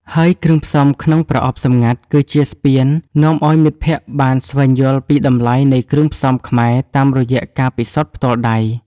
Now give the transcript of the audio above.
ហើយគ្រឿងផ្សំក្នុងប្រអប់សម្ងាត់គឺជាស្ពាននាំឱ្យមិត្តភក្តិបានស្វែងយល់ពីតម្លៃនៃគ្រឿងផ្សំខ្មែរតាមរយៈការពិសោធន៍ផ្ទាល់ដៃ។